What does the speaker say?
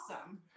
awesome